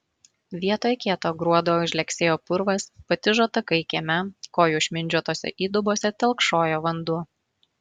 vietoj kieto gruodo žlegsėjo purvas patižo takai kieme kojų išmindžiotose įdubose telkšojo vanduo